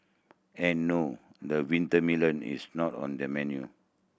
and no the winter melon is not on the menu